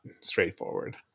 straightforward